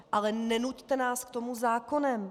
Ale nenuťte nás k tomu zákonem.